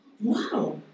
Wow